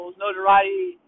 notoriety